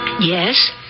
Yes